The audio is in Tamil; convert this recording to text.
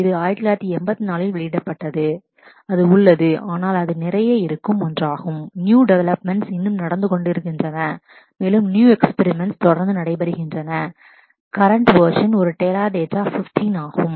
இது 1984 இல் வெளியிடப்பட்டது அது உள்ளது ஆனால் அது நிறைய இருக்கும் ஒன்றாகும் நியூ டெவெலப்மென்ட்ஸ் இன்னும் நடந்து கொண்டிருக்கின்றன மேலும் நியூ எக்ஸ்பிரிமெண்ட்ஸ் தொடர்ந்து நடைபெறுகின்றன கரண்ட் வெர்ஸன் ஒரு டெரடாட்டா 15 ஆகும்